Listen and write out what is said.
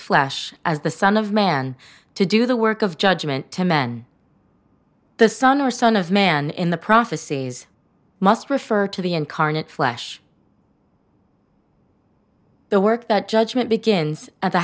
flash as the son of man to do the work of judgment to men the son or son of man in the prophecies must refer to the incarnate flesh the work that judgment begins at the